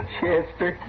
Chester